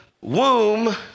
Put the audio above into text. womb